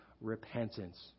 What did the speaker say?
repentance